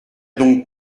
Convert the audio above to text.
donc